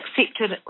accepted